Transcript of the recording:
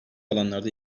alanlarda